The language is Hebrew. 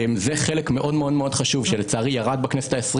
זה חלק מאוד חשוב שלצערי ירד בכנסת ה-20